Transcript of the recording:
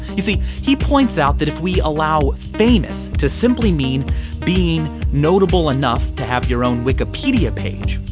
you see, he points out that if we allow famous to simply mean being notable enough to have your own wikipedia page,